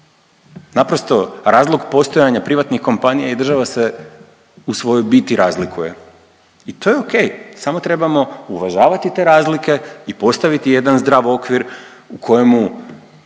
Naprosto razlog postojanja privatnih kompanija i država se u svojoj biti razlikuje. I to je ok samo trebamo uvažavati te razlike i postaviti jedan zdrav okvir u kojemu